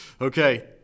Okay